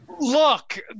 look